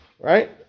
Right